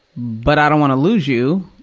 but i don't wanna lose you,